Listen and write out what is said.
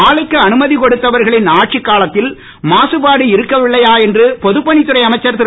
ஆலைக்கு அனுமதி கொடுத்தவர்களின் ஆட்சிக்காலத்தில் மாசுபாடு இருக்கவில்லையா என்று பொதுப்பணித்துறை அமைச்சர் திரு